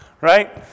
right